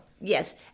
Yes